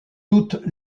toutes